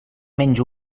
menys